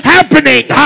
Happening